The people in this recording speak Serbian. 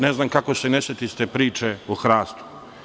Ne znam kako se ne setiste priče o hrastu.